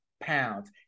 pounds